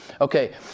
Okay